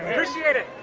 appreciate it!